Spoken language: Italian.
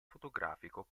fotografico